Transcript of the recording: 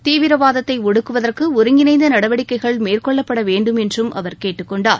தீவிரவாதத்தை ஒடுக்குவதற்கு ஒருங்கிணைந்த நடவடிக்கைகள் மேற்கொள்ளப்படவேணடும் என்றும் அவர் கேட்டுக்கொண்டார்